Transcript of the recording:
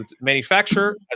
manufacturer